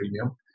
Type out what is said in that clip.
premium